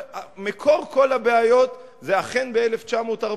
אבל מקור כל הבעיות זה אכן ב-1947,